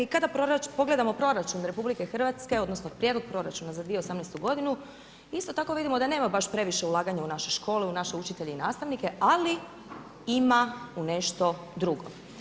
Kada pogledamo proračun RH odnosno prijedlog proračuna za 2018. godinu, isto tako vidimo da nema baš previše ulaganja u naše škole, u naše učitelje i nastavnike ali ima u nešto drugo.